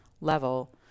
level